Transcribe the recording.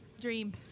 dream